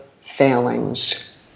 failings